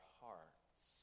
hearts